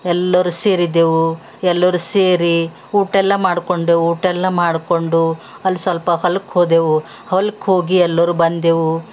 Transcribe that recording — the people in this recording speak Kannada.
ಎಲ್ಲರು ಸೇರಿದ್ದೆವು ಎಲ್ಲರು ಸೇರಿ ಊಟೆಲ್ಲ ಮಾಡಿಕೊಂಡೆವು ಊಟೆಲ್ಲ ಮಾಡಿಕೊಂಡು ಅಲ್ಲಿ ಸ್ವಲ್ಪ ಹೊಲಕ್ಕೆ ಹೋದೆವು ಹೊಲಕ್ಕೋಗಿ ಎಲ್ಲರು ಬಂದೆವು